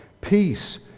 peace